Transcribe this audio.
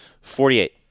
Forty-eight